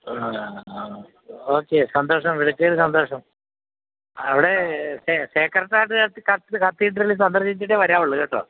ആ ഓക്കേ സന്തോഷം വിളിച്ചതിൽ സന്തോഷം അവിടെ സേക്രഡ് ഹാർട്ട് കത്തീഡ്രല് സന്ദർശിച്ചിട്ടേ വരാവുള്ളൂ കേട്ടോ